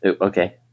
Okay